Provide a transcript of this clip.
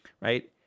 Right